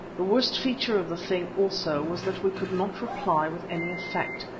the worst feature of the thing also was that we could not reply with any effect,